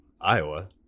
iowa